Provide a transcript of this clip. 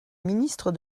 ministre